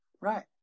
right